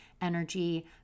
energy